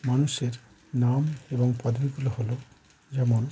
মানুষের নাম এবং পদবীগুলো হলো যেমন